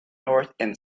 north